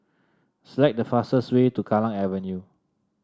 select the fastest way to Kallang Avenue